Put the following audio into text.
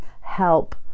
help